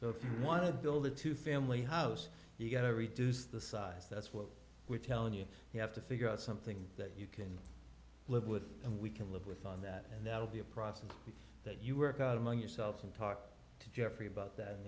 so if you want to build a two family house you get a reduced the size that's what we're telling you you have to figure out something that you can live with and we can live with on that and that will be a process that you work out among yourselves and talk to jeffrey about that